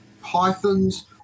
pythons